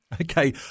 Okay